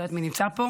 לא יודעת מי נמצא פה,